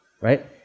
right